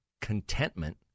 contentment